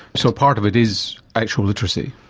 so a part of it is actual literacy.